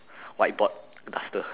white board duster